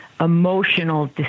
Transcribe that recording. emotional